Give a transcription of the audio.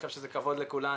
אני חושב שזה כבוד לכולנו